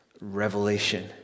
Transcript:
revelation